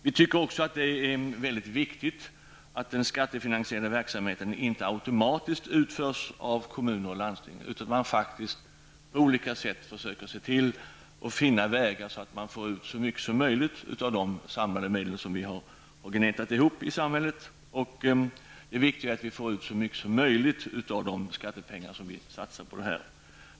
Vi tycker att det är viktigt att den skattefinansierade verksamheten inte automatiskt utförs av kommuner och landsting utan att man på olika sätt försöker finna vägar så att man får ut så mycket som möjligt av de samlade medel som vi har gnetat ihop i samhället och av skattemedlen.